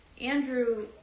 Andrew